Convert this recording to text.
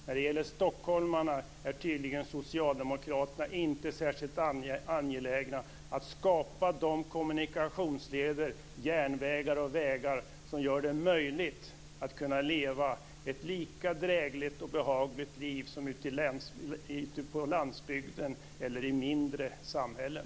När det gäller stockholmarna är Socialdemokraterna tydligen inte särskilt angelägna om att skapa de kommunikationsleder, järnvägar och vägar som gör det möjligt att leva ett lika drägligt och behagligt liv som ute på landsbygden eller i mindre samhällen.